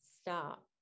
stop